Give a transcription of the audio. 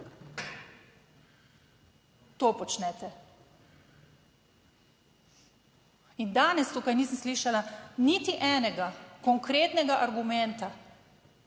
To počnete in danes tukaj nisem slišala niti enega konkretnega argumenta,